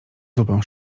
zupę